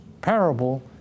parable